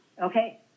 Okay